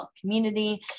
Community